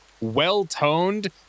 well-toned